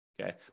okay